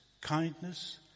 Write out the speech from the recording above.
kindness